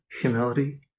humility